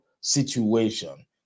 situation